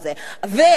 עכשיו,